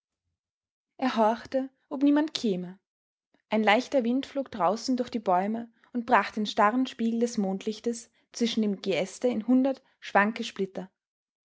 er horchte ob niemand käme ein leichter wind flog draußen durch die bäume und brach den starren spiegel des mondlichtes zwischen dem geäste in hundert schwanke splitter